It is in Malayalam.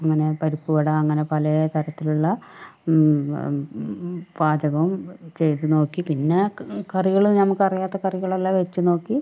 അങ്ങനെ പരിപ്പുവട അങ്ങനെ പല തരത്തിലുള്ള പാചകവും ചെയ്തു നോക്കി പിന്നെ കറികൾ നമുക്കറിയാത്ത കറികളെല്ലാം വെച്ച് നോക്കി